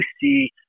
see